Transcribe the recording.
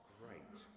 great